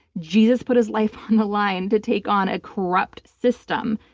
jesus put his life on the line to take on a corrupt system.